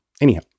Anyhow